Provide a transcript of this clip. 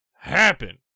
happen